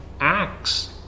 acts